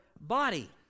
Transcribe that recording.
body